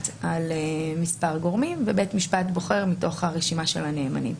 על מספר גורמים ובית המשפט בוחר מתוך הרשימה של הנאמנים.